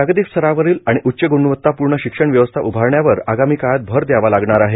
जागतिक स्तरावरील आणि उच्च ग्णवतापूर्ण शिक्षण व्यवस्था उभारण्यावर आगामी काळात भर द्यावा लागणार आहे